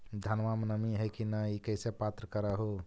धनमा मे नमी है की न ई कैसे पात्र कर हू?